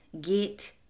Get